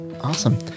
Awesome